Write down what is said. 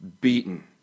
beaten